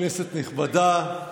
אדוני היושב בראש, כנסת נכבדה,